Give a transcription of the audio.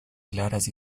claras